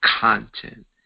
content